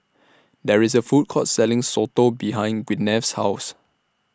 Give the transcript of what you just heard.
There IS A Food Court Selling Soto behind Gwyneth's House